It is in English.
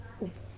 oof